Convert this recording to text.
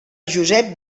josep